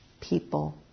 people